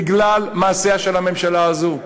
בגלל מעשיה של הממשלה הזאת.